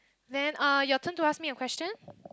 then uh your turn to ask me a question